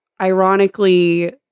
ironically